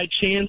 chance